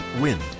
Wind